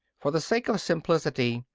for the sake of simplicity,